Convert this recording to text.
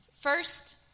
First